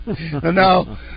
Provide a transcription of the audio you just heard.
No